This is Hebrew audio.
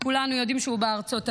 כולנו יודעים שהוא בארצות הברית,